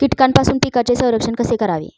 कीटकांपासून पिकांचे संरक्षण कसे करावे?